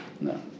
no